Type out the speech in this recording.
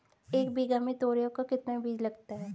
एक बीघा में तोरियां का कितना बीज लगता है?